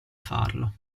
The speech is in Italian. farlo